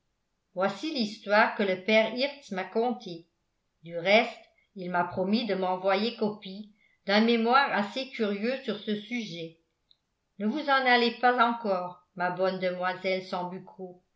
voici l'histoire que le père hirtz m'a contée du reste il m'a promis de m'envoyer copie d'un mémoire assez curieux sur ce sujet ne vous en allez pas encore ma bonne demoiselle